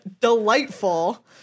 delightful